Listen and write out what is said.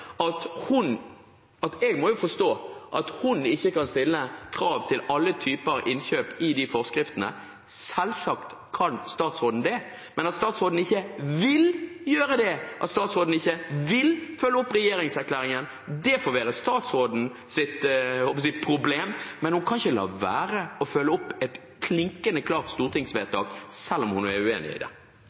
at jeg må forstå at hun ikke kan stille krav til alle typer innkjøp i de forskriftene. Selvsagt kan statsråden det. At statsråden ikke vil gjøre det, at statsråden ikke vil følge opp regjeringserklæringen, det får være statsrådens – jeg holdt på å si – problem, men hun kan ikke la være å følge opp et klinkende klart stortingsvedtak selv om hun er uenig i det.